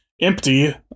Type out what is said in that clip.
empty